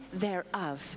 thereof